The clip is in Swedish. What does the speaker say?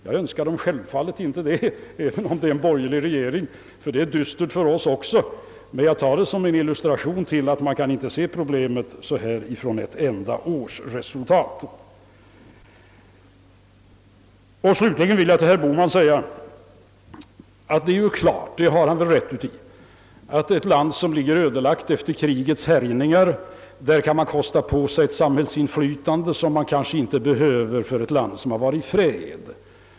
Jag önskar självfallet inte norrmännen något ont även om de har en borgerlig regering, ty det är dystert för oss också, men jag tar det som en illustration till att man inte kan se problemen uteslutande på grundval av ett enda års resultat. Slutligen vill jag till herr Bohman säga, att det är klart att han har rätt i att ett land som ligger ödelagt efter krigets härjningar kan behöva kosta på sig ett samhällsinflytande, vilket man kanske inte behöver i ett land som varit i fred.